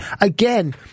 again